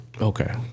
okay